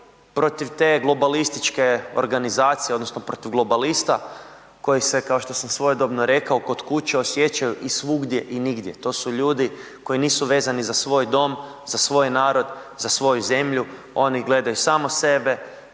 protiv te globalističke organizacije odnosno protiv globalista koji se, kao što sam svojedobno rekao, kod kuće osjećaju i svugdje i nigdje. To su ljudi koji nisu vezani za svoj dom, za svoj narod, za svoju zemlju. Oni gledaju samo sebe